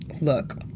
Look